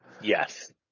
Yes